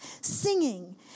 singing